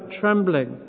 trembling